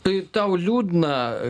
tai tau liūdna